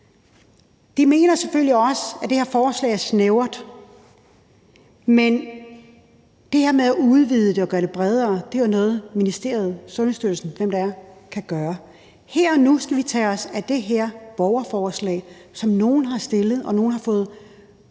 De mener selvfølgelig også, at det her forslag er snævert, men det her med at udvide det og gøre det bredere er jo noget, ministeriet, Sundhedsstyrelsen, eller hvem det er, kan gøre. Her og nu skal vi tage os af det her borgerforslag, som nogen har stillet og har fået